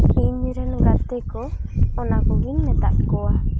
ᱤᱧᱨᱮᱱ ᱜᱟᱟᱛᱮ ᱠᱚ ᱚᱱᱟ ᱠᱚᱜᱤᱧ ᱢᱮᱛᱟᱜ ᱠᱚᱣᱟ